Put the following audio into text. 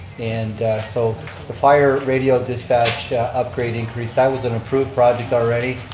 and so the fire radio dispatch upgrade increase, that was an approved project already.